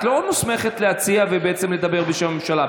את לא מוסמכת להציע ולדבר בשם הממשלה.